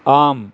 आम्